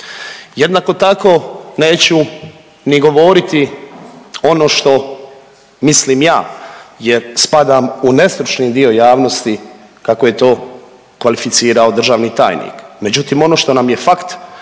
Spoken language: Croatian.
Jednako tako neću ni govoriti ono što mislim ja jer spadam u nestručni dio javnosti, kako je to kvalificirao državni tajnik,